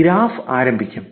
ഒരു ഗ്രാഫ് ആരംഭിക്കും